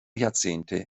jahrzehnte